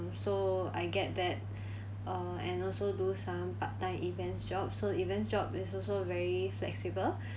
so I get that uh and also do some part-time events job so events job is also very flexible